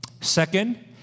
Second